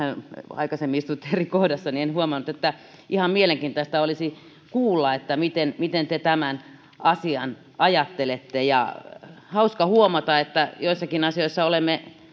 aikaisemmin istuitte eri kohdassa niin en huomannut ihan mielenkiintoista olisi kuulla miten miten te tämän asian ajattelette ja on hauska huomata että joissakin asioissa olemme